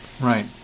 Right